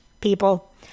people